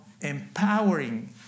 empowering